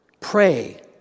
Pray